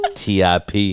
tip